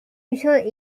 michael